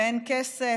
ואין כסף,